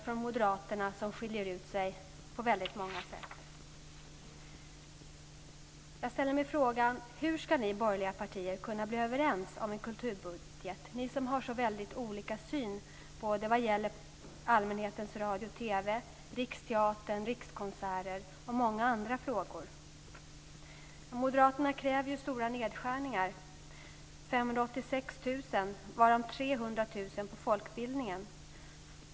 Men Moderaterna skiljer ut sig på väldigt många sätt. Jag ställer mig frågan: Hur ska ni borgerliga partier kunna bli överens om en kulturbudget, ni som har så väldigt olika syn vad gäller allmänhetens radio och TV, Riksteatern, Rikskonserter och många andra frågor? miljoner kronor, varav 300 miljoner kronor på folkbildningen.